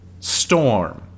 Storm